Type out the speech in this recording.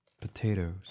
Potatoes